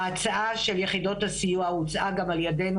ההצעה של יחידות הסיוע הוצעה גם על ידינו